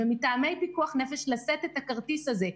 ומטעמי פיקוח נפש לשאת את הכרטיס הזה,